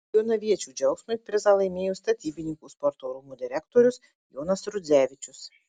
jonaviečių džiaugsmui prizą laimėjo statybininkų sporto rūmų direktorius jonas rudzevičius